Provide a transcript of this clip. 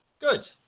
good